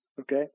okay